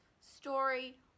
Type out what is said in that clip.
story